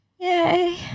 yay